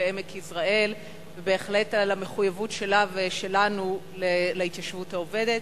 בעמק יזרעאל ובהחלט על המחויבות שלה ושלנו להתיישבות העובדת,